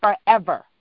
forever